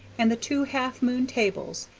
and the two half-moon tables,